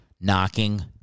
knocking